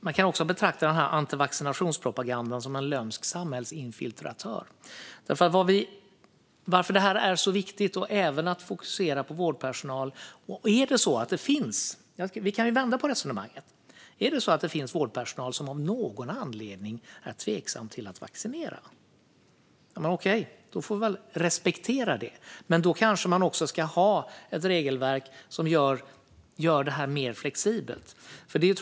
Man kan också betrakta antivaccinationspropagandan som en lömsk samhällsinfiltratör. Varför är det så viktigt att även fokusera på vårdpersonal? Låt oss vända på resonemanget. Är det så att det finns vårdpersonal som av någon anledning är tveksam till att vaccinera sig? Ja, okej, då får vi väl respektera det. Men då kanske man ska ha ett regelverk som gör detta mer flexibelt.